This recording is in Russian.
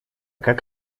как